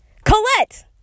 Colette